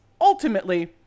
ultimately